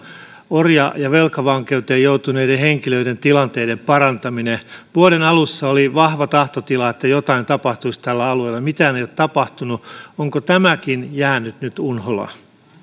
orja ja velkavankeuteen joutuneiden henkilöiden tilanteiden parantaminen vuoden alussa oli vahva tahtotila että jotain tapahtuisi tällä alueella mitään ei ole tapahtunut onko tämäkin jäänyt nyt unholaan